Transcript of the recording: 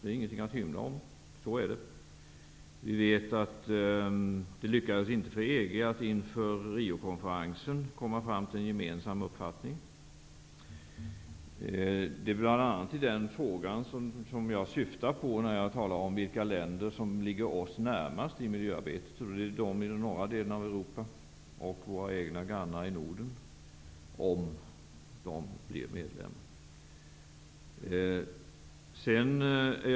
Det är inget att hymla om. Så är det. Vi vet att det inte lyckades för EG att inför Riokonferensen komma fram till en gemensam uppfattning. Det är bl.a. den frågan som jag syftar på när jag talar om vilka länder som ligger oss närmast i miljöarbetet. Det är de i den norra delen av Europa och våra egna grannar i Norden, om de blir medlemmar.